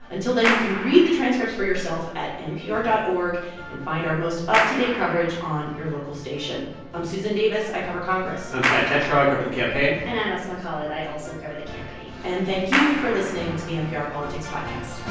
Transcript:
until then, you can read the transcripts for yourself at npr dot org and find our most up-to-date coverage on your local station i'm susan davis. i cover congress i'm scott detrow. i cover the campaign and i'm asma khalid. i also cover the campaign and thank you for listening to the npr politics podcast